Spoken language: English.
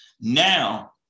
Now